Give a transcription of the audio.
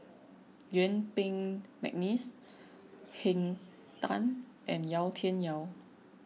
Yuen Peng McNeice Henn Tan and Yau Tian Yau